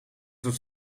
wordt